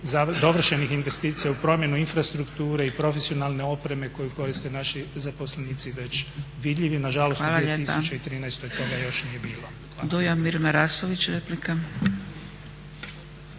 dovršenih investicija u promjenu infrastrukture i profesionalne opreme koju koriste naši zaposlenici već vidljivi. Nažalost, u 2013. toga još nije bilo.